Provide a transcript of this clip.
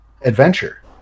Adventure